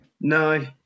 No